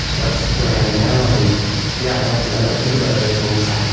that's where i am now. and yeah, i don't i don't think about other things